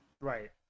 Right